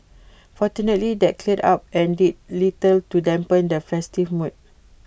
fortunately that cleared up and did little to dampen the festive mood